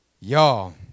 Y'all